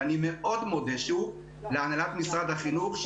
ואני מאוד מודה שוב להנהלת משרד החינוך,